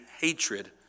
hatred